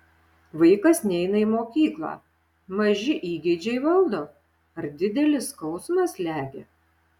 vaikas neina į mokyklą maži įgeidžiai valdo ar didelis skausmas slegia